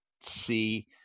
see